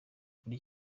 kuri